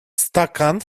стакан